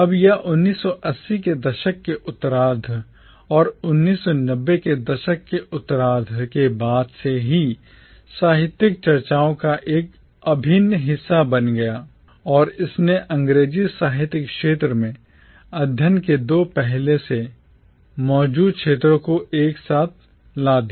अब यह 1980 के दशक के उत्तरार्ध और 1990 के दशक के उत्तरार्ध के बाद से ही साहित्यिक चर्चाओं का एक अभिन्न हिस्सा बन गया और इसने अंग्रेजी साहित्य के क्षेत्र में अध्ययन के दो पहले से मौजूद क्षेत्रों को एक साथ ला दिया